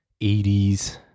80s